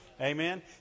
Amen